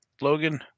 Logan